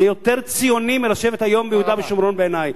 זה יותר ציוני מלשבת היום ביהודה ושומרון, בעיני.